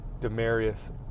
Demarius